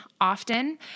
often